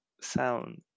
sound